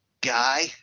guy